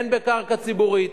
הן בקרקע ציבורית,